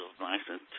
license